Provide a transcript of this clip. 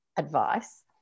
Advice